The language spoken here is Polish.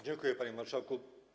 Dziękuję, panie marszałku.